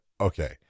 Okay